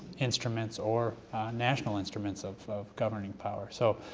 instruments or national instruments of governing power. so,